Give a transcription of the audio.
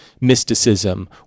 mysticism